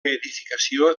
edificació